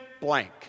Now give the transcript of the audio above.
blank